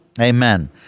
Amen